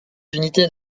unités